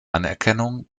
anerkennung